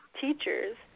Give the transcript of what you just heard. teachers